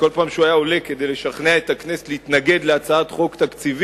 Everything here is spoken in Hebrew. כל פעם שהוא היה עולה כדי לשכנע את הכנסת להתנגד להצעת חוק תקציבית,